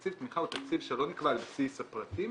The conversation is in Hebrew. תקציב תמיכה הוא תקציב שלא נקבע על בסיס הפרטים,